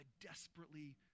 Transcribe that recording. desperately